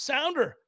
Sounder